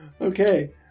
Okay